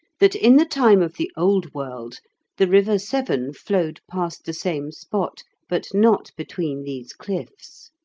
that in the time of the old world the river severn flowed past the same spot, but not between these cliffs.